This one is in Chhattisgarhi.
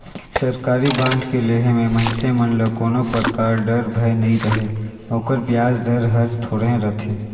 सरकारी बांड के लेहे मे मइनसे मन ल कोनो परकार डर, भय नइ रहें ओकर बियाज दर हर थोरहे रथे